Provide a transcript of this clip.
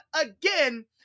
again